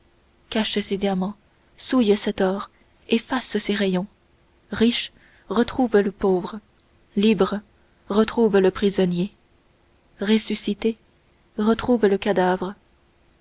ces diamants souille cet or efface ces rayons riche retrouve le pauvre libre retrouve le prisonnier ressuscité retrouve le cadavre